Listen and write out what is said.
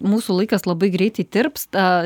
mūsų laikas labai greitai tirpsta